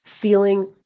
feeling